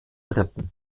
rippen